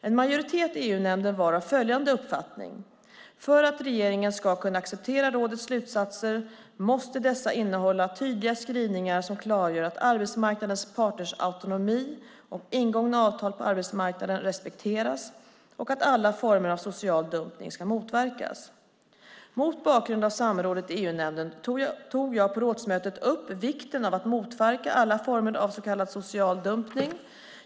En majoritet i EU-nämnden var av följande uppfattning: För att regeringen ska kunna acceptera rådets slutsatser måste dessa innehålla tydliga skrivningar som klargör att arbetsmarknadens parters autonomi och ingångna avtal på arbetsmarknaden respekteras och att alla former av social dumpning ska motverkas. Mot bakgrund av samrådet i EU-nämnden tog jag på rådsmötet upp vikten av att motverka alla former av så kallad social dumpning.